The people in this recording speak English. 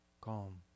calm